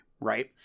right